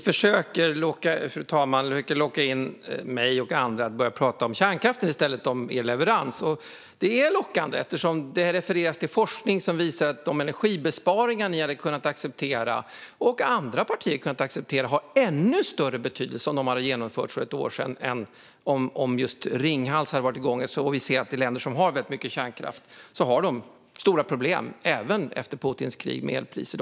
Fru talman! Ni försöker att locka in mig och andra att börja prata om kärnkraft i stället för er leverans. Det är ju lockande, eftersom det refereras till forskning som visar att de energibesparingar som ni och andra partier hade kunnat acceptera hade haft ännu större betydelse om de hade genomförts för ett år sedan än om just Ringhals hade varit igång. Vi ser ju att även länder som har väldigt mycket kärnkraft har stora problem efter Putins elpriskrig.